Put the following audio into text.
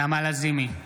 נעמה לזימי,